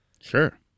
Sure